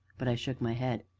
but i shook my head.